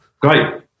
great